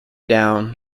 down